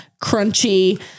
crunchy